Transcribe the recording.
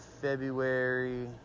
February